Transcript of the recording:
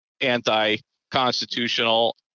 anti-constitutional